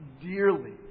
dearly